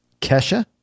Kesha